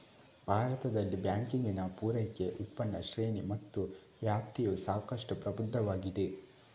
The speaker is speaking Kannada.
ಭಾರತದಲ್ಲಿ ಬ್ಯಾಂಕಿಂಗಿನ ಪೂರೈಕೆ, ಉತ್ಪನ್ನ ಶ್ರೇಣಿ ಮತ್ತು ವ್ಯಾಪ್ತಿಯು ಸಾಕಷ್ಟು ಪ್ರಬುದ್ಧವಾಗಿದೆ